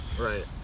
Right